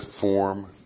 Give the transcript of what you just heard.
form